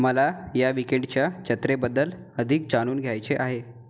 मला या वीकेंडच्या जत्रेबद्दल अधिक जाणून घ्यायचे आहे